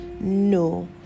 No